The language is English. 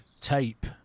tape